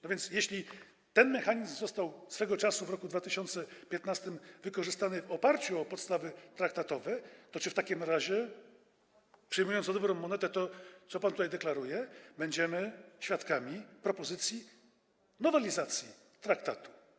No więc, jeśli ten mechanizm został swego czasu, w roku 2015 wykorzystany w oparciu o podstawy traktatowe, to czy w takim razie, skoro przyjmiemy za dobrą monetę to, co pan tutaj deklaruje, będziemy świadkami propozycji nowelizacji traktatu?